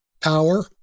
power